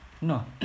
No